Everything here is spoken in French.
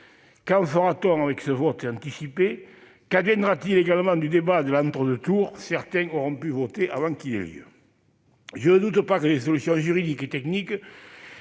Qu'en sera-t-il avec ces votes anticipés ? Qu'adviendra-t-il également du débat organisé entre les deux tours ? Certains pourront-ils voter avant qu'il ait lieu ? Je ne doute pas que des solutions juridiques et techniques